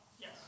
Yes